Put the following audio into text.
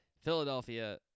Philadelphia